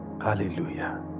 Hallelujah